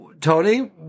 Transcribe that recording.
Tony